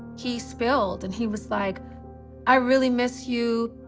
he spilled, and he was like i really miss you.